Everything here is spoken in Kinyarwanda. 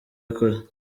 yakoze